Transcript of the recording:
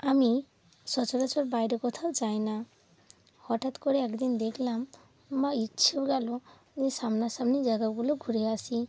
আমি সচরাচর বাইরে কোথাও যাই না হঠাৎ করে একদিন দেকলাম বা ইচ্ছেও গেল যে সামনা সামনি জায়গাগুলো ঘুরে আসি